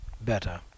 better